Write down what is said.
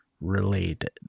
related